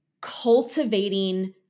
cultivating